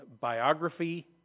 biography